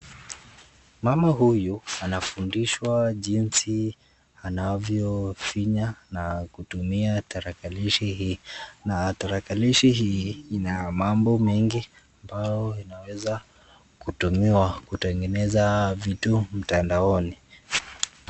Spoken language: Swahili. Mama huyu anafundishwa jinsi anavyofinya na kutumia tarakilishi hii na tarakilishi hii ina mambo mengi ambayo inaweza kutumiwa kutengeneza vitu mtandaoni.